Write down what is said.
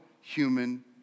human